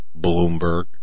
Bloomberg